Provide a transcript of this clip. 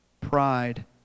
pride